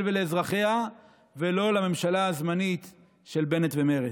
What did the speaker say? ולאזרחיה ולא לממשלה הזמנית של בנט ומרצ.